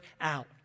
out